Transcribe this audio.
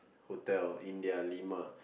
hotel India lima